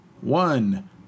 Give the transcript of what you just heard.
one